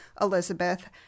Elizabeth